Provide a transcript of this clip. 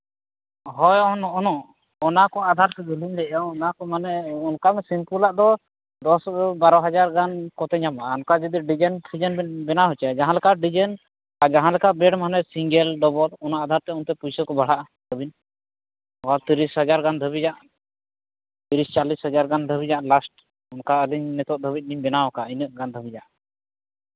ᱦᱳᱭ ᱚᱱᱟ ᱠᱚ ᱟᱫᱷᱟᱨ ᱛᱮᱜᱮ ᱞᱤᱧ ᱞᱟᱹᱭᱮᱫᱼᱟ ᱚᱱᱟ ᱠᱚ ᱢᱟᱱᱮ ᱚᱱᱠᱟ ᱫᱚ ᱥᱤᱢᱯᱤᱞᱟᱜ ᱫᱚ ᱫᱚᱥ ᱵᱟᱨᱚ ᱦᱟᱡᱟᱨᱟᱜ ᱠᱚᱛᱮ ᱧᱟᱢᱚᱜᱼᱟ ᱚᱱᱠᱟ ᱡᱩᱫᱤ ᱰᱤᱡᱟᱭᱤᱱ ᱯᱷᱤᱡᱟᱭᱤᱱ ᱵᱮᱱ ᱵᱮᱱᱟᱣ ᱦᱚᱪᱚᱭᱟ ᱡᱟᱦᱟᱸ ᱞᱮᱠᱟ ᱰᱤᱡᱟᱭᱤᱱ ᱟᱨ ᱡᱟᱦᱟᱸ ᱞᱮᱠᱟ ᱵᱮᱰ ᱢᱟᱱᱮ ᱥᱤᱝᱜᱮᱞ ᱰᱚᱵᱚᱞ ᱚᱱᱟ ᱟᱫᱷᱟᱨ ᱛᱮ ᱚᱱᱛᱮ ᱯᱩᱭᱥᱟᱹ ᱠᱚ ᱵᱟᱲᱦᱟᱜᱼᱟ ᱛᱟᱹᱵᱤᱱ ᱛᱤᱨᱤᱥ ᱦᱟᱡᱟᱨ ᱜᱟᱱ ᱫᱷᱟᱹᱵᱤᱡ ᱟᱜ ᱛᱤᱨᱤᱥ ᱪᱚᱞᱞᱤᱥ ᱫᱷᱟᱹᱵᱤᱡ ᱟᱜ ᱞᱟᱥᱴ ᱚᱱᱠᱟ ᱟᱹᱞᱤᱧ ᱱᱤᱛᱚᱜ ᱫᱷᱟᱹᱵᱤᱡ ᱵᱮᱱᱟᱣ ᱠᱟᱜᱼᱟ ᱤᱱᱟᱹᱜ ᱜᱟᱱ ᱫᱷᱟᱹᱵᱤᱡ ᱟᱜ